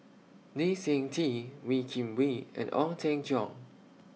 Lee Seng Tee Wee Kim Wee and Ong Teng Cheong